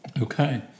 Okay